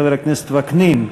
חבר הכנסת וקנין,